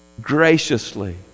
graciously